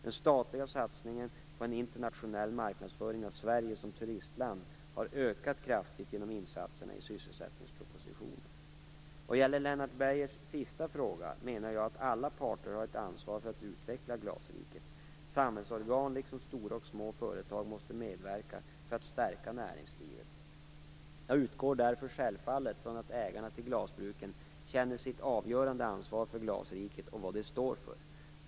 Den statliga satsningen på en internationell marknadsföring av Sverige som turistland har ökat kraftigt genom insatserna i sysselsättningspropositionen. Vad gäller Lennart Beijers sista fråga menar jag att alla parter har ett ansvar föra att utveckla glasriket. Samhällsorgan måste, liksom stora och små företag, medverka för att stärka näringslivet. Jag utgår därför självfallet från att ägarna till glasbruken känner sitt avgörande ansvar för glasriket och vad det står för.